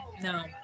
no